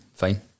Fine